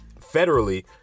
federally